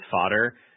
fodder